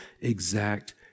exact